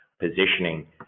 positioning